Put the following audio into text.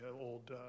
old